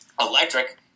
Electric